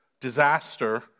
disaster